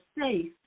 safe